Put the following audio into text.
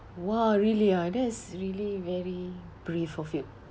!wah! really ah that's really very brave of you